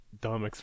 dumb